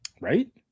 Right